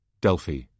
Delphi